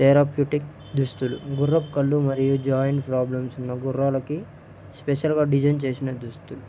therapeutic దుస్తులు గుర్రపు కళ్ళు మరియు జాయింట్ ప్రాబ్లమ్స్ ఉన్న గుర్రాలకి స్పెషల్గా డిజైన్ చేసిన దుస్తులు